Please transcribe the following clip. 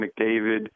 McDavid